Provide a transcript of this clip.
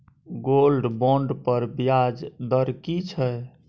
Gold bond पर ब्याज दर की छै?